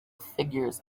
figures